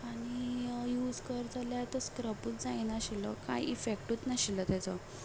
आनी यूज कर जाल्यार तो स्क्रबूच जायनाशिल्लो कांयच इफेक्टूच नाशिल्लो ताजो